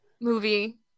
Movie